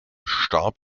starb